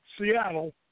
Seattle